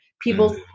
people